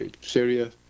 Syria